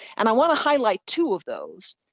and i want to highlight two of those.